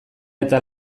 eta